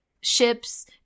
ships